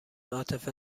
عاطفه